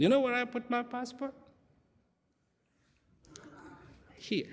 you know what i put my passport here